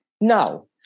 no